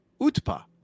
Utpa